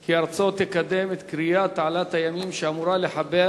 כי ארצו תקדם את כריית תעלת הימים, שאמורה לחבר